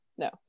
No